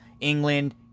England